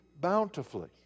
bountifully